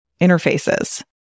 interfaces